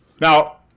Now